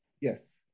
Yes